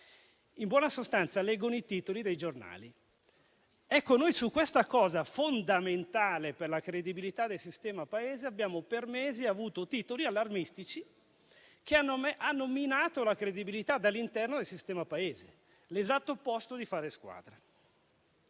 In buona sostanza, leggono i titoli dei giornali. Su questo tema fondamentale per la credibilità del sistema Paese abbiamo per mesi avuto titoli allarmistici che hanno minato la credibilità dall'interno del sistema Paese, che è l'esatto opposto di fare squadra.